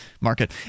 market